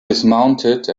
dismounted